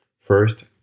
First